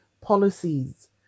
policies